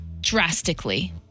drastically